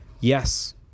Yes